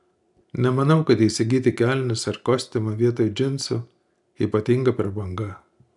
nemanau kad įsigyti kelnes ar kostiumą vietoj džinsų ypatinga prabanga